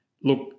look